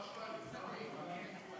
לא השואלים.